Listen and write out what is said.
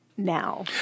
Now